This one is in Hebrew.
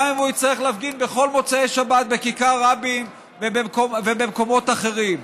גם אם הוא יצטרך להפגין בכל מוצאי שבת בכיכר רבין ובמקומות אחרים.